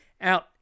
out